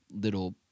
little